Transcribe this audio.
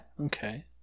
Okay